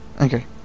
Okay